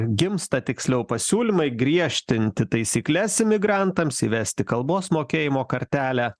gimsta tiksliau pasiūlymai griežtinti taisykles imigrantams įvesti kalbos mokėjimo kartelę